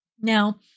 Now